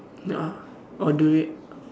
uh or durian